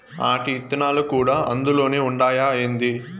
ఆటి ఇత్తనాలు కూడా అందులోనే ఉండాయా ఏంది